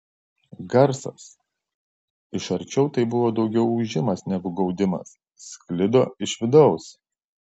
garsas iš arčiau tai buvo daugiau ūžimas negu gaudimas sklido iš vidaus